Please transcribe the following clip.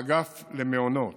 האגף למעונות